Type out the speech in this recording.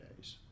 days